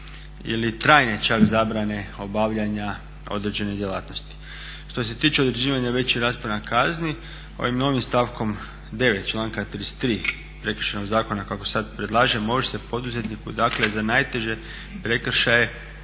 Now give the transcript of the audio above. ili trajne čak zabrane obavljanja određene djelatnosti. Što se tiče određivanja većih raspona kazni ovim novim stavkom 9.članka 33. Prekršajnog zakona kako sad predlažemo možemo se poduzetniku dakle za najteže prekršaje